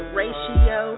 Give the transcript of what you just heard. ratio